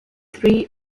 three